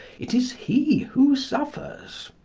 it is he who suffers.